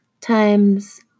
times